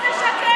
זה כתוב, נפתלי.